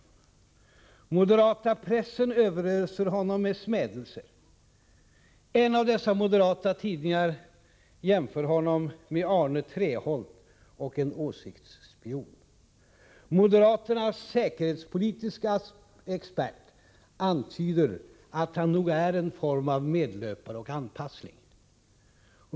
Den moderata pressen överöser honom med smädelser. En av dessa moderata tidningar jämför Larsson med Arne Treholt och en åsiktsspion. Moderaternas säkerhetspolitiske expert antyder att Larsson nog är något av en medlöpare och anpassling.